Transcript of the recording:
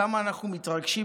כמה אנחנו מתרגשים,